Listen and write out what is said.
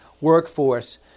workforce